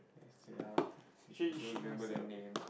messed it up did she don't remember the name